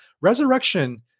Resurrection